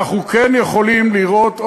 אנחנו כן יכולים לראות,